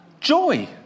Joy